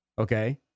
okay